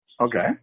Okay